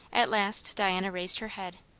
at last diana raised her head.